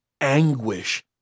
anguish